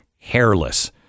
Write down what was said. Hairless